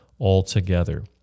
altogether